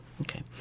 Okay